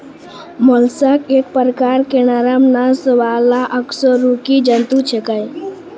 mollusc एक प्रकार के नरम नस वाला अकशेरुकी जंतु छेकै